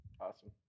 Awesome